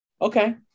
Okay